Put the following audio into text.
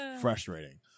Frustrating